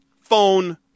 phone